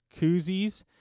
koozies